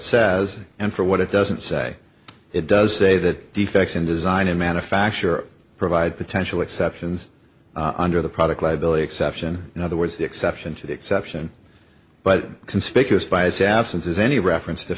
says and for what it doesn't say it does say that defects in design and manufacture provide potential exceptions onder the product liability exception in other words the exception to the exception but conspicuous by its absence is any reference to